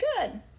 good